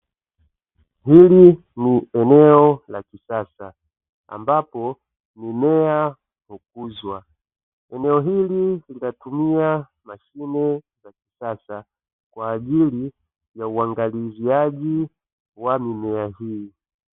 Hili ni eneo la kisasa ambapo mimea hukuzwa. Eneo hili linatatumia mashine za kisasa kwa ajili ya uangalizi wa mimea hii.